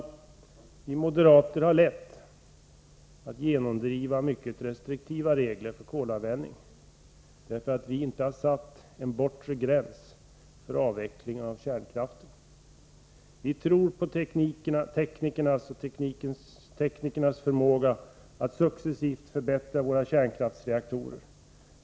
Vi moderater har lätt att genomdriva mycket restriktiva regler för kolanvändning, eftersom vi inte har satt en bortre gräns för avvecklingen av kärnkraften. Vi tror på tekniken och teknikernas förmåga att successivt förbättra våra kärnkraftsreaktorer.